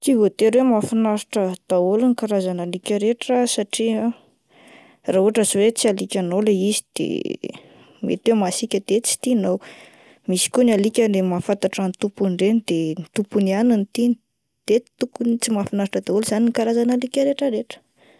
Tsy voatery hoe mahafinaritra daholo ny karazana alika rehetra satria raha ohatra hoe tsy alikanao le izy de mety hoe masika de tsy tianao, misy koa ny alika le mahafantatra ny tompony reny de ny tompony ihany no tiany. De tokony tsy mahafinaritra daholo zany ny karazana alika retraretra.